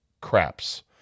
craps